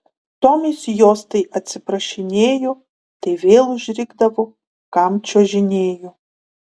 tomis jos tai atsiprašinėjo tai vėl užrikdavo kam čiuožinėjo